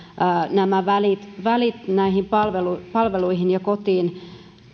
nämä välit välit näihin palveluihin palveluihin ja kotiin niin